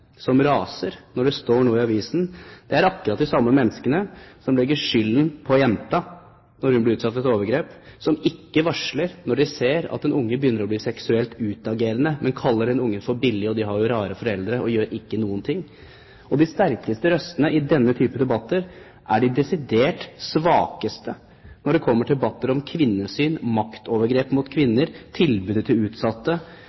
som raser når det står noe i avisen, er akkurat de samme menneskene som legger skylden på jenta når hun blir utsatt for et overgrep, som ikke varsler når de ser at et barn begynner å bli seksuelt utagerende, men kaller det barnet for billig og sier at det har jo rare foreldre – og gjør ikke noen ting. De sterkeste røstene i denne type debatter er de desidert svakeste når det kommer til debatter om kvinnesyn, maktovergrep mot